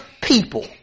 people